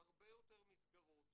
הרבה יותר מסגרות,